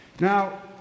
Now